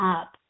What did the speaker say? up